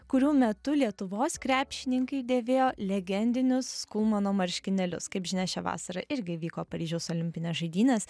kurių metu lietuvos krepšininkai dėvėjo legendinius skulmano marškinėlius kaip žinia šią vasarą irgi vyko paryžiaus olimpinės žaidynės